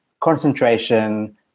concentration